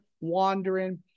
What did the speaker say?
wandering